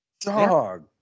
dog